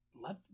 let